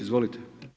Izvolite.